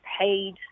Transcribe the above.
paid